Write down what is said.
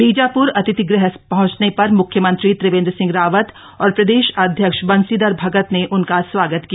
बीजाप्र अतिथि गृह पहंचने पर मुख्यमंत्री त्रिवेंद्र सिंह रावत और प्रदेश अध्यक्ष बंशीधर भगत ने उनका स्वागत किया